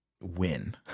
win